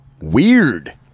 Weird